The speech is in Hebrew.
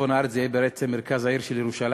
צפון הארץ יהיה בעצם מרכז העיר ירושלים,